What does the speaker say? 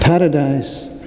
Paradise